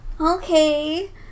Okay